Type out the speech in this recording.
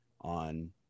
on